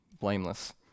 blameless